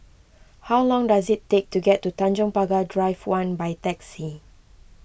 how long does it take to get to Tanjong Pagar Drive one by taxi